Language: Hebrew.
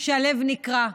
שהלב נקרע,